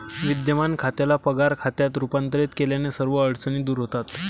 विद्यमान खात्याला पगार खात्यात रूपांतरित केल्याने सर्व अडचणी दूर होतात